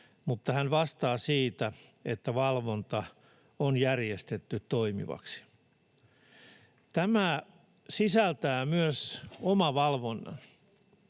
mutta hän vastaa siitä, että valvonta on järjestetty toimivaksi.” Tämä sisältää myös omavalvonnan.